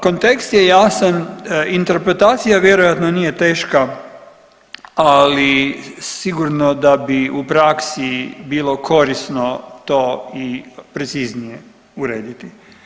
Kontekst je jasan, interpretacija vjerojatno nije teška, ali sigurno da bi u praksi bilo korisno to i preciznije urediti.